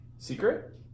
Secret